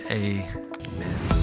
amen